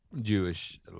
Jewish